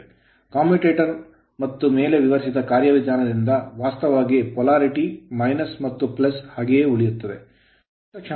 commutator commutator ಮತ್ತು ಮೇಲೆ ವಿವರಿಸಿದ ಕಾರ್ಯವಿಧಾನದಿಂದಾಗಿ ವಾಸ್ತವವಾಗಿ polarity ಧ್ರುವೀಯತೆ ಮತ್ತು ಹಾಗೆಯೇ ಉಳಿಯುತ್ತದೆ ನಿರ್ದಿಷ್ಟ ಕ್ಷಣದಲ್ಲಿ ಮಾತ್ರ ಅದು ತಟಸ್ಥ ವಲಯದಲ್ಲಿರುತ್ತದೆ